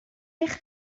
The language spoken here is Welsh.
eich